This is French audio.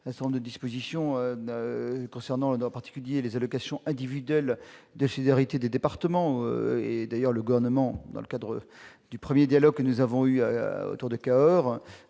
un certain nombre de dispositions concernant en particulier les allocations individuelles de solidarité des départements. Le Gouvernement, dans le cadre du premier dialogue que nous avons eu à Cahors,